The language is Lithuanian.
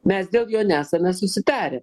mes dėl jo nesame susitarę